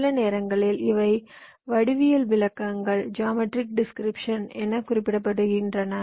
சில நேரங்களில் இவை வடிவியல் விளக்கங்கள் என குறிப்பிடப்படுகின்றன